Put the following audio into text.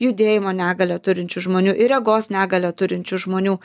judėjimo negalią turinčių žmonių ir regos negalią turinčių žmonių